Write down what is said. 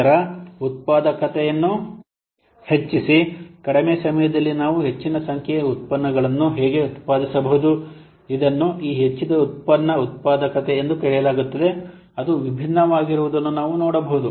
ನಂತರ ಉತ್ಪಾದಕತೆಯನ್ನು ಹೆಚ್ಚಿಸಿ ಕಡಿಮೆ ಸಮಯದಲ್ಲಿ ನಾವು ಹೆಚ್ಚಿನ ಸಂಖ್ಯೆಯ ಉತ್ಪನ್ನಗಳನ್ನು ಹೇಗೆ ಉತ್ಪಾದಿಸಬಹುದು ಇದನ್ನು ಈ ಹೆಚ್ಚಿದ ಉತ್ಪನ್ನ ಉತ್ಪಾದಕತೆ ಎಂದು ಕರೆಯಲಾಗುತ್ತದೆ ಅದು ವಿಭಿನ್ನವಾಗಿರುವುದನ್ನು ನಾವು ನೋಡಬಹುದು